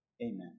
Amen